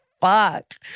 fuck